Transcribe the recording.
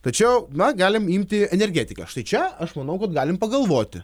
tačiau na galim imti energetiką štai čia aš manau kad galim pagalvoti